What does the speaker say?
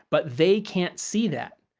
but they can't see that.